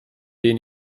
denen